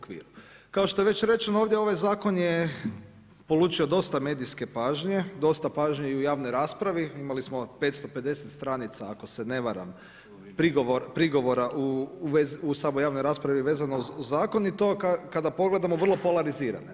Kao što je već rečeno, ovaj zakon je polučio dosta medijske pažnje, dosta pažnje i u javnoj raspravi, imali smo 550 stranica ako se ne varam, prigovora u samoj javnoj raspravi vezano uz zakon i to kada pogledamo vrlo polarizirane.